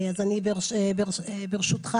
ברשותך,